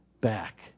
back